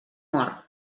mor